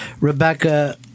Rebecca